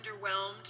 underwhelmed